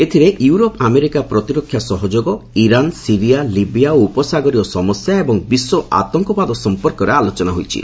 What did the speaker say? ଏଥିରେ Europe America ପ୍ରତିରକ୍ଷା ସହଯୋଗ ଇରାନସିରିଆ ଲିବିୟା ଓ ଉପସାଗରୀୟ ସମସ୍ୟା ଏବଂ ବିଶ୍ୱ ଆତଙ୍କବାଦ ସଫପର୍କରେ ଆଲୋଚନା ହୋଇଛି